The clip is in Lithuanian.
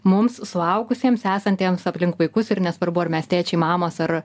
mums suaugusiems esantiems aplink vaikus ir nesvarbu ar mes tėčiai mamos ar